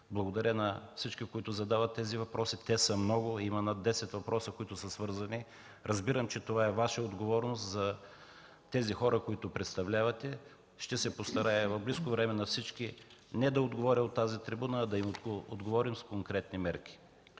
Благодаря на всички, които задават тези въпроси, те са много – има над 10 въпроса, които са свързани. Разбирам, че това е Ваша отговорност – за хората, които представлявате. Ще се постарая в близко време не да отговоря на всички от тази трибуна, а да им отговорим с конкретни мерки.